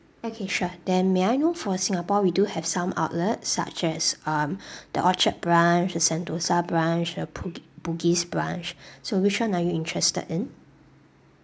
okay sure then may I know for singapore we do have some outlets such as um the orchard branch the sentosa branch the bug~ bugis branch so which one are you interested in